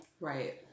Right